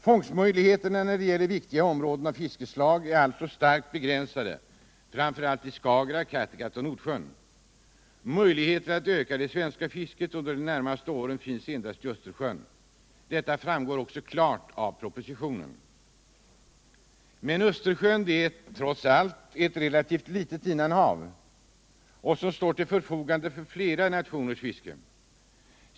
Fångstmöjligheterna när det gäller viktiga sorters fisk är alltså starkt begränsade, framför allt i Skagerak, Kattegatt och Nordsjön. Möjligheter att öka det svenska fisket under de närmaste åren finns endast i Östersjön. Detta framgår också klart av propositionen. Östersjön är trots allt ett relativt litet innanhav, och det står till förfogande för flera nationers fiskare.